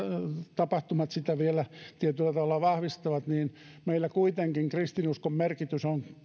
tapahtumat sitä vielä tietyllä tavalla vahvistavat niin meillä kuitenkin kristinuskon merkitys on